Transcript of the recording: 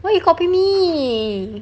why you copy me